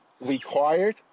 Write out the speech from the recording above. required